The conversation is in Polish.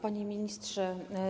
Panie Ministrze!